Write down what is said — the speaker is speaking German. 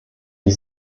wie